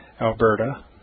Alberta